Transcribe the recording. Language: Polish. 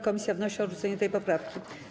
Komisja wnosi o odrzucenie tej poprawki.